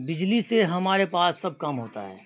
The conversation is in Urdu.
بجلی سے ہمارے پاس سب کام ہوتا ہے